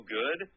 good